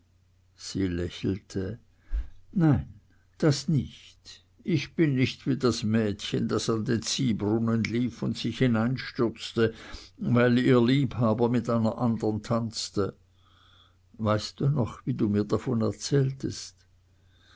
sie lächelte nein das nicht ich bin nicht wie das mädchen das an den ziehbrunnen lief und sich hineinstürzte weil ihr liebhaber mit einer andern tanzte weißt du noch wie du mir davon erzähltest